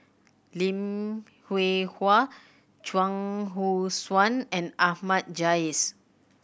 Lim Hwee Hua Chuang Hui Tsuan and Ahmad Jais